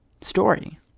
story